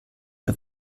der